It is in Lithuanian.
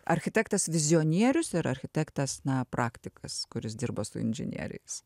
architektas vizijonierius ir architektas na praktikas kuris dirba su inžinieriais